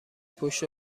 پشت